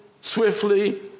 Swiftly